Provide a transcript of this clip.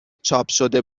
چاپشده